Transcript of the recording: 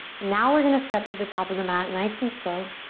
now we're gonna step to the top of the mat, nice and slow.